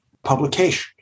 publication